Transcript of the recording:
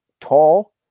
tall